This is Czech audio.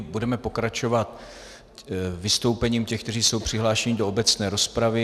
Budeme pokračovat vystoupením těch, kteří jsou přihlášeni do obecné rozpravy.